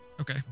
Okay